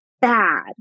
bad